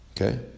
Okay